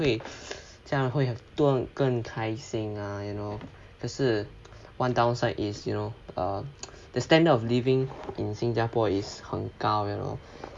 会家人会过得更开心 ah you know 可是 one downside is you know uh the standard of living in 新加坡 is 很高 you know